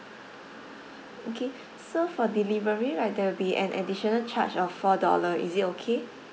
okay so for delivery right there'll be an additional charge of four dollar is it okay